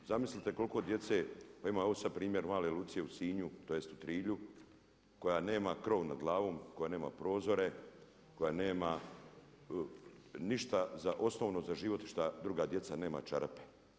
Zamislite koliko djece, pa imamo sad ovdje primjer male Lucije u Sinju, tj. u Trilju koja nema krov nad glavom, koja nema prozore, koja nema ništa osnovno za život šta druga djeca, nema čarape.